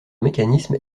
mécanisme